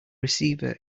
receiver